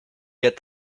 get